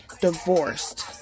divorced